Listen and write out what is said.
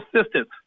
assistance